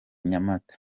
nyamata